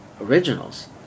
originals